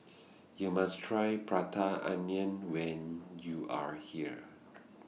YOU must Try Prata Onion when YOU Are here